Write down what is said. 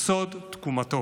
היא סוד תקומתו.